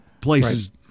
places